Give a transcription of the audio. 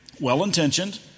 well-intentioned